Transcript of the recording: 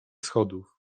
schodów